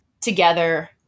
together